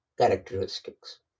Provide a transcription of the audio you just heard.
characteristics